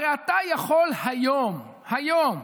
הרי אתה יכול היום, היום,